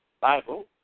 Bible